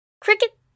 Cricket